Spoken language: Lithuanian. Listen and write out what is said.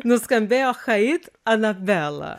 nuskambėjo hait anabela